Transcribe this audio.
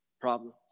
problems